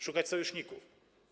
Szukać sojuszników.